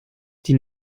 die